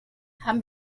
haben